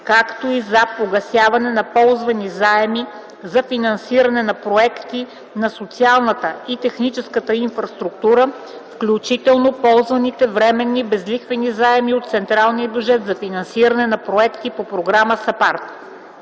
„както и за погасяване на ползвани заеми за финансиране на проекти на социалната и техническата инфраструктура, включително ползваните временни безлихвени заеми от централния бюджет за финансиране на проекти по програма САПАРД.”